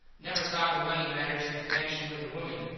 never talk of money matters in connexun with a woman.